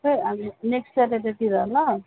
खोइ अब नेक्स्ट स्याटर्डेतिर ल